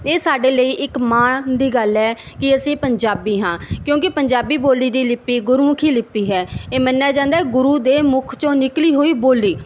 ਇਹ ਸਾਡੇ ਲਈ ਇੱਕ ਮਾਣ ਦੀ ਗੱਲ ਹੈ ਕਿ ਅਸੀਂ ਪੰਜਾਬੀ ਹਾਂ ਕਿਉਂਕਿ ਪੰਜਾਬੀ ਬੋਲੀ ਦੀ ਲਿੱਪੀ ਗੁਰਮੁਖੀ ਲਿਪੀ ਹੈ ਇਹ ਮੰਨਿਆ ਜਾਂਦਾ ਗੁਰੂ ਦੇ ਮੁੱਖ 'ਚੋਂ ਨਿਕਲੀ ਹੋਈ ਬੋਲੀ